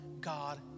God